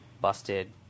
busted